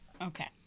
okay